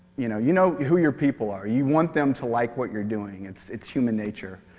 you know you know who your people are, you want them to like what you're doing. it's it's human nature.